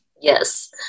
Yes